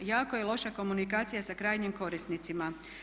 Jako je loša komunikacija sa krajnjim korisnicima.